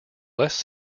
less